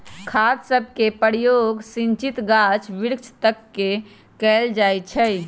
खाद सभके प्रयोग सिंचित गाछ वृक्ष तके कएल जाइ छइ